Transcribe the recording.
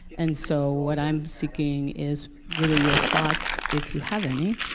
and so what i'm seeking is, really, your thoughts, if you have any,